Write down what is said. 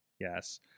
Yes